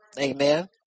Amen